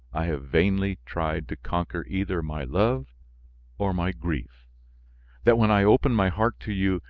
i have vainly tried to conquer either my love or my grief that, when i opened my heart to you,